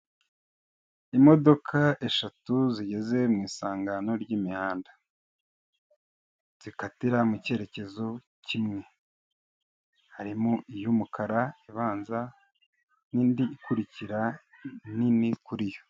Imodoka eshatu zigeze mu isangano ry'imihanda zikatira mu cyerekezo kimwe harimo iy'umukara ibanza n'indi ikurikira nini kuri yo.